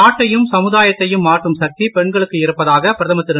நாட்டையும் சமுதாயத்தையும் மாற்றும் சக்தி பெண்களுக்கு இருப்பதாக பிரதமர் திரு